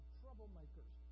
troublemakers